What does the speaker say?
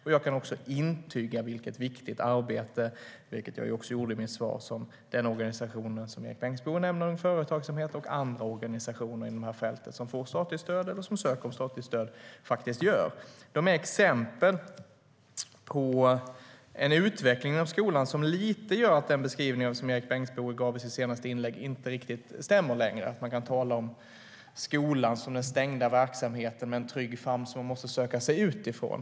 Jag kan också intyga - vilket jag gjorde även i mitt svar - vilket viktigt arbete som UF, den organisation som Erik Bengtzboe nämnde, och andra organisationer inom det här fältet som får eller söker statligt stöd faktiskt gör. De är exempel på en utveckling inom skolan som lite gör att den beskrivning som Erik Bengtzboe gav i sitt senaste inlägg inte längre riktigt stämmer. Man kan inte längre tala om skolan som en stängd verksamhet med en trygg famn som man måste söka sig ut från.